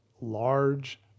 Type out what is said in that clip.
large